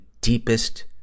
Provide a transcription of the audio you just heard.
deepest